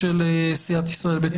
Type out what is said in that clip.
(ב)